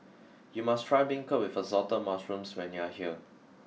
you must try Beancurd with Assorted Mushrooms when you are here